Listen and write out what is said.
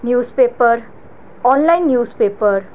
news paper online news paper